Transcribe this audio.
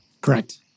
Correct